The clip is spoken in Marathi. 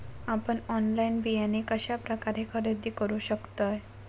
आपन ऑनलाइन बियाणे कश्या प्रकारे खरेदी करू शकतय?